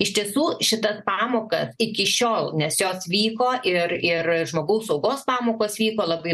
iš tiesų šitą pamoką iki šiol nes jos vyko ir ir žmogaus saugos pamokos vyko labai